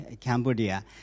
Cambodia